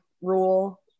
rule